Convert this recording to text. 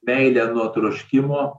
meilę nuo troškimo